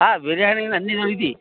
ఆ బిర్యానీ అన్ని దొరుకుతాయి